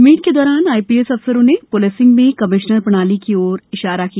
meet के दौरान IPS अफसरो में पुलिसिंग में कमिश्नर प्रणाली की ओर इशारा किया